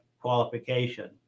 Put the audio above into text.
qualification